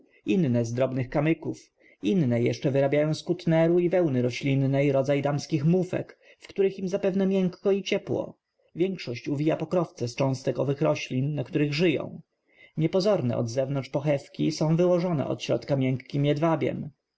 inne z drobnych kamyków inne jeszcze wyrabiają z kutneru i wełny roślinnej rodzaj damskich mufek w których im zapewne miękko i ciepło większość uwija pokrowce z cząstek tych roślin na których żyją niepozorne od zewnątrz pochewki są wyłożone od środka miękkim jedwabiem